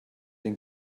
den